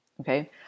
Okay